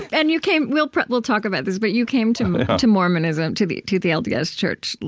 and you came we'll we'll talk about this, but you came to to mormonism, to the to the lds church,